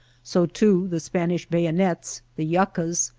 so too the spanish bayonets the yuccas,